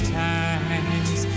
times